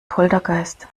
poltergeist